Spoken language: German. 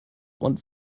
und